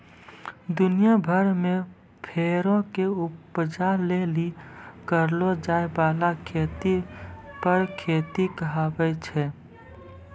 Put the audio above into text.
दुनिया भरि मे फरो के उपजा लेली करलो जाय बाला खेती फर खेती कहाबै छै